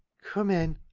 come in,